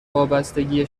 وابستگیه